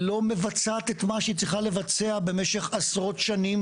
לא מבצעת את מה שצריכה לבצע משך עשרות שנים